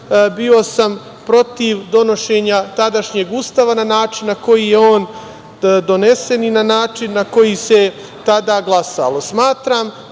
bio sam protiv donošenja tadašnjeg Ustava na način na koji je on donesen i na način na koji se tada glasalo. Smatram